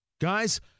Guys